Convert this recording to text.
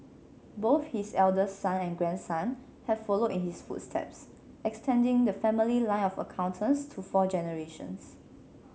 both his eldest son and grandson have followed in his footsteps extending the family line of accountants to four generations